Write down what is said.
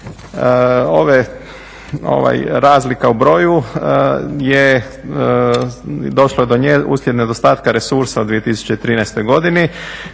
Ova razlika u broju je došlo do nje uslijed nedostatka resursa u 2013. godini,